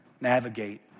navigate